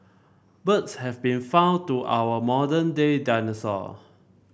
birds have been found to our modern day dinosaur